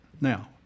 now